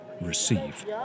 receive